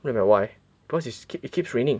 what do you mean by why because is it keeps raining